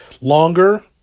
longer